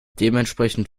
dementsprechend